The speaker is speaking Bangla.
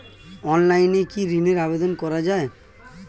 অনলাইনে কি ঋনের আবেদন করা যায়?